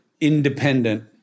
independent